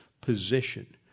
position